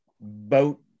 boat